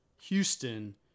Houston